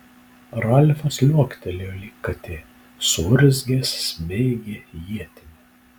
ralfas liuoktelėjo lyg katė suurzgęs smeigė ietimi